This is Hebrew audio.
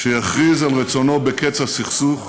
שיכריז על רצונו בקץ הסכסוך,